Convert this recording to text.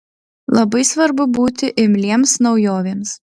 labai svarbu būti imliems naujovėms